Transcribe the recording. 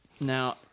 Now